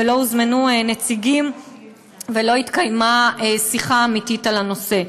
ולא הוזמנו נציגים ולא התקיימה שיחה אמיתית בנושא.